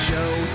Joe